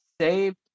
saved